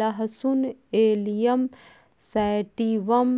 लहसुन Allium sativum